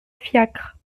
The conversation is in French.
fiacre